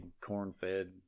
corn-fed